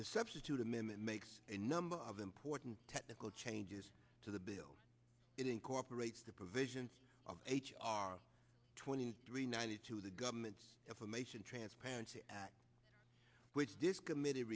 the substitute amendment makes a number of important technical changes to the bill that incorporates the provisions of h r twenty three ninety two the government's information transparency at which this committe